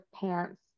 pants